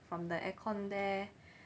from the aircon there